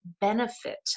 benefit